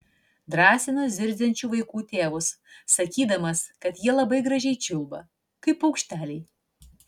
drąsinu zirziančių vaikų tėvus sakydamas kad jie labai gražiai čiulba kaip paukšteliai